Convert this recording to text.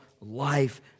life